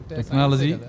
Technology